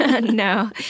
No